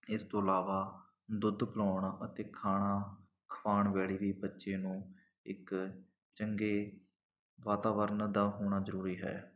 ਇਸ ਤੋਂ ਇਲਾਵਾ ਦੁੱਧ ਪਿਲਾਉਣ ਅਤੇ ਖਾਣਾ ਖਵਾਉਣ ਵੇਲੇ ਵੀ ਬੱਚੇ ਨੂੰ ਇੱਕ ਚੰਗੇ ਵਾਤਾਵਰਨ ਦਾ ਹੋਣਾ ਜ਼ਰੂਰੀ ਹੈ